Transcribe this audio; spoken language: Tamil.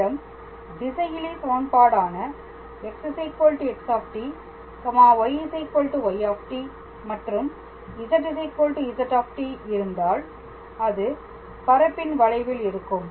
நம்மிடம் திசையிலி சமன்பாடு ஆன x xy y மற்றும் z z இருந்தால் அது பரப்பின் வளைவில் இருக்கும்